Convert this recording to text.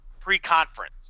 Pre-conference